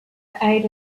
aid